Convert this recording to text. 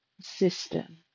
system